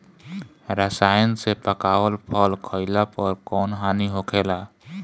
रसायन से पकावल फल खइला पर कौन हानि होखेला?